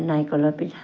নাৰিকলৰ পিঠা